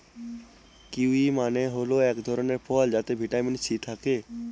kiwi মানে হল এক ধরনের ফল যাতে ভিটামিন সি থাকে